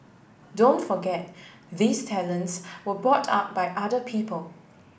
don't forget these talents were brought up by other people